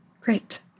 Great